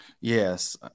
Yes